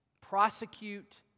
prosecute